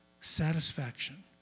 satisfaction